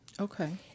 Okay